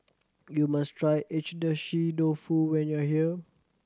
you must try Agedashi Dofu when you are here